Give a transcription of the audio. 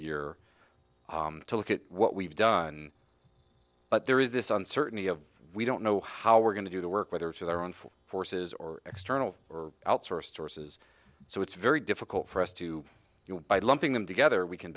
year to look at what we've done but there is this uncertainty of we don't know how we're going to do the work whether it's with our own forces or external or outsourced sources so it's very difficult for us to you by lumping them together we can